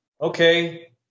Okay